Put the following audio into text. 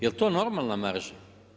Jel to normalna marža?